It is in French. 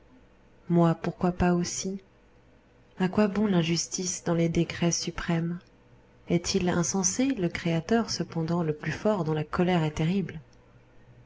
moi pourquoi pas aussi a quoi bon l'injustice dans les décrets suprêmes est-il insensé le créateur cependant le plus fort dont la colère est terrible